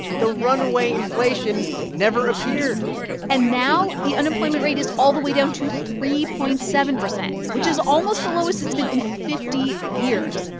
the runaway inflation never appeared and now the unemployment rate is all the way down to three point seven zero, which is almost the lowest it's been in fifty years.